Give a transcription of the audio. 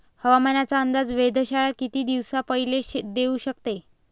हवामानाचा अंदाज वेधशाळा किती दिवसा पयले देऊ शकते?